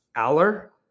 Aller